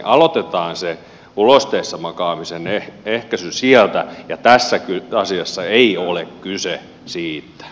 aloitetaan se ulosteessa makaamisen ehkäisy sieltä ja tässä asiassa ei ole kyse siitä